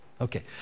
Okay